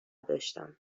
داشتم